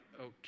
okay